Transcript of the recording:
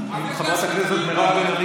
אז יש לה זכות קיום או לא?